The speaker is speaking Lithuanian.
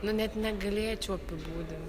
nu net negalėčiau apibūdint